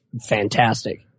fantastic